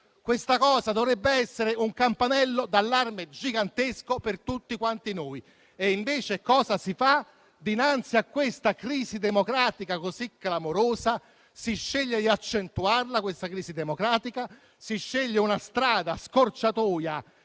Questo dovrebbe essere un campanello d'allarme gigantesco per tutti quanti noi. Invece cosa si fa dinanzi a questa crisi democratica così clamorosa? Si sceglie di accentuare la crisi democratica, si sceglie una strada scorciatoia